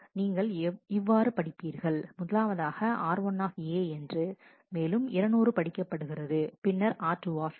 நீங்கள் இவ்வாறு படிப்பீர்கள் முதலாவதாக r1 என்று மேலும் 200 படிக்கப்படுகிறது பின்னர் r2